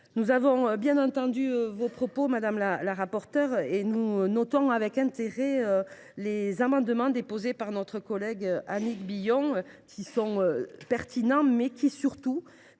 vous avons bien écoutée, madame la rapporteure, et nous notons avec intérêt les amendements déposés par notre collègue Annick Billon : ils sont pertinents et, surtout,